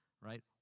right